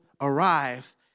arrive